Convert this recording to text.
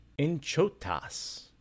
Inchotas